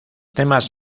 temas